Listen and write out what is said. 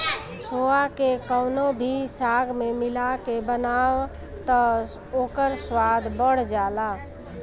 सोआ के कवनो भी साग में मिला के बनाव तअ ओकर स्वाद बढ़ जाला